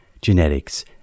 genetics